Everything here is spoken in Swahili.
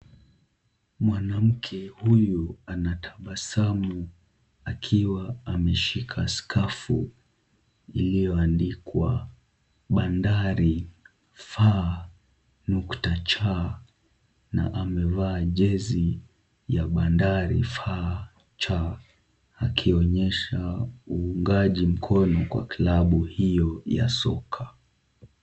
Mwanamke huyu anatabasamu akiwa ameshika skafu iliyoandikwa Bandari fa nukta cha, na amevaa jezi la Bandari fa cha, akionyesha uungaji mkono kwa klabu hiyo ya soka.